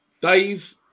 Dave